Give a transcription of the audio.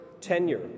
tenure